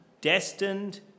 destined